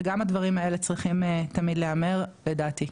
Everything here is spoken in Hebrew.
וגם הדברים האלה צריכים תמיד להיאמר לדעתי.